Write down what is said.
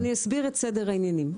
אני אסביר את סדר העניינים.